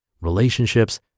relationships